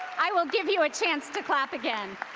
i will give you a chance to clap again.